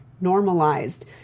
normalized